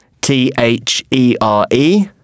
t-h-e-r-e